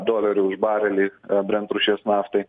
dolerių už barelį brent rūšies naftai